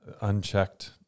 unchecked